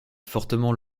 fortement